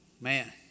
Man